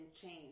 change